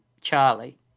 Charlie